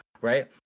right